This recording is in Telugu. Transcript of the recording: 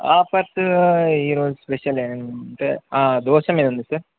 ఆ పర్త్ ఈరోజు స్పెషల్ ఏంటే దోసం మీద ఉంది సార్